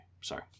Sorry